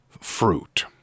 fruit—